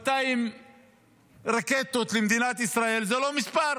200 רקטות למדינת ישראל זה לא מספר.